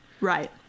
Right